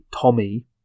Tommy